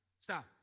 stop